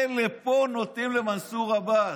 אלה פה נותנים למנסור עבאס.